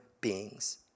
beings